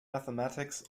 mathematics